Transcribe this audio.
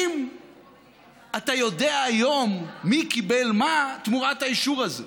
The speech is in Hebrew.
והאם אתה יודע היום מי קיבל מה תמורת האישור הזה?